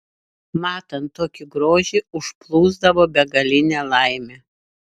matant tokį grožį užplūsdavo begalinė laimė